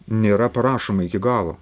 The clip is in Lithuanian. nėra parašoma iki galo